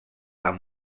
amb